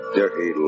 dirty